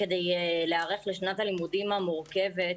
כדי להיערך לשנת הלימודים המורכבת,